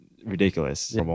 ridiculous